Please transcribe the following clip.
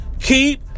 keep